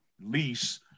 lease